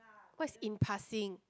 what's impassing